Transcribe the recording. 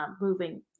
moving